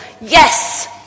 yes